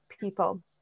people